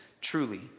truly